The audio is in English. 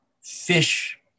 fish